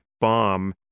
bomb